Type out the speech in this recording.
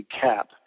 cap